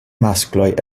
maskloj